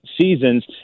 seasons